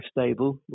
stable